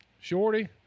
shorty